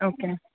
okay